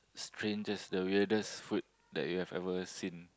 strangest the weirdest food that you've ever seen